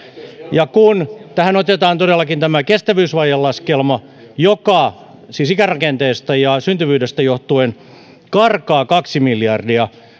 varsinkaan kun tähän otetaan todellakin tämä kestävyysvajelaskelma joka siis ikärakenteesta ja syntyvyydestä johtuen karkaa kaksi miljardia